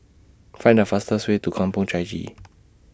Find The fastest Way to Kampong Chai Chee